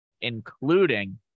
including